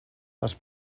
les